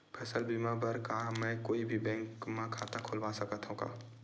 फसल बीमा बर का मैं कोई भी बैंक म खाता खोलवा सकथन का?